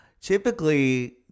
typically